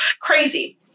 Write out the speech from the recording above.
Crazy